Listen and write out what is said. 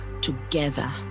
together